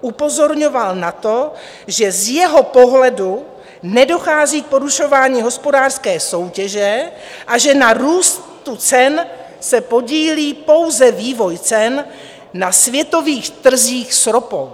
upozorňoval na to, že z jeho pohledu nedochází k porušování hospodářské soutěže a že na růstu cen se podílí pouze vývoj cen na světových trzích s ropou.